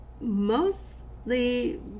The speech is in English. mostly